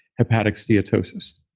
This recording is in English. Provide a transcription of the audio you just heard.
hepatic steatosis,